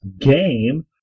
game